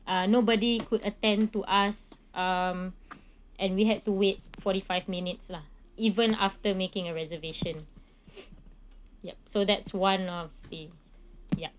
uh nobody could attend to us um and we had to wait forty five minutes lah even after making a reservation yup so that's one of the ya